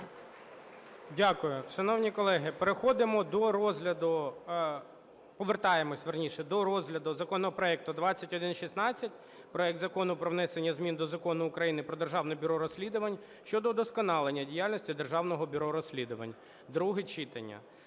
Дякую. Шановні колеги, переходимо до розгляду, повертаємось, вірніше, до законопроекту 2116, проект Закону про внесення змін до Закону України "Про Державне бюро розслідувань" щодо удосконалення діяльності Державного бюро розслідувань (друге читання).